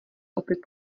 opět